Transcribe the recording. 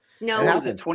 No